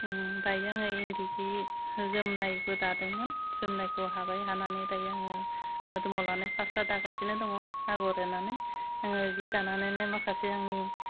उम दायो आङो इन्दि जि जोमनायबो दादोंमोन जोमनायखौ हाबाय हानानै दायो आङो मोदोमाव लानाय फास्रा दागासिनो दङ आगर एरनानै जोङो जि दानानैनो माखासे आंनि